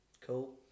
Cool